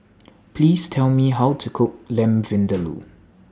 Please Tell Me How to Cook Lamb Vindaloo